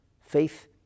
faith